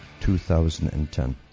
2010